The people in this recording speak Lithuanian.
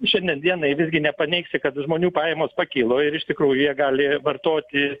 šiandien dienai visgi nepaneigsi kad žmonių pajamos pakilo ir iš tikrųjų jie gali vartoti